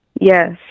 yes